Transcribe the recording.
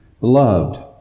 Beloved